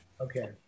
Okay